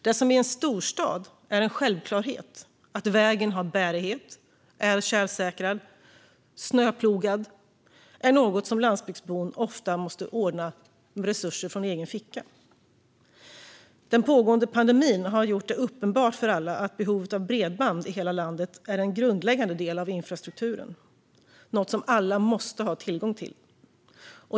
Det som i en storstad är en självklarhet - att vägen har bärighet och är tjälsäkrad och snöplogad - måste landsbygdsbon ofta ordna resurser för ur egen ficka. Den pågående pandemin har gjort det uppenbart för alla att behovet av bredband i hela landet är en grundläggande del av infrastrukturen och något som alla måste ha tillgång till.